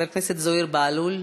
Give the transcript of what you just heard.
חבר הכנסת זוהיר בהלול,